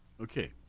Okay